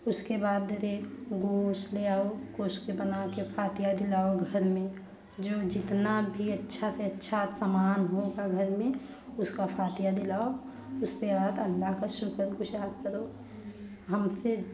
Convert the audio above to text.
उसके बाद दीदी गोश्त ले आओ गोश्त के बना कर बना कर फातिया दिलाओ घर में जो जितना भी अच्छा से अच्छा समान होगा घर में उसका फातिया दिलाओ उसके बाद अल्लाह का शुक्रगुजार करो हम से